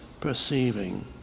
perceiving